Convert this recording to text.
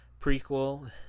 prequel